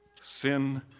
sin